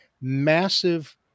massive